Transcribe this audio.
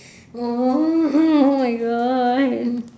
oh my god